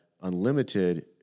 unlimited